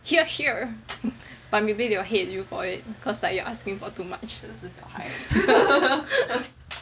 here here but maybe they will hate you for it because like you are asking for too much